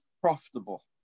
profitable